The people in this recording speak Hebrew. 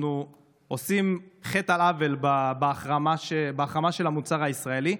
אנחנו עושים חטא על עוול בהחרמה של המוצר הישראלי.